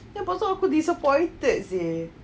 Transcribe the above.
lepas tu aku disappointed sia